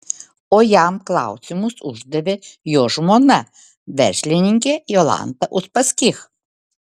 o jam klausimus uždavė jo žmona verslininkė jolanta uspaskich